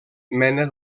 mena